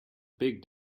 big